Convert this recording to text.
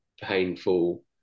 painful